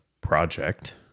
project